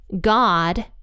God